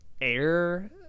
air